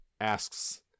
asks